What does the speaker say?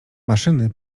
maszyny